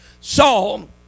Saul